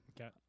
Okay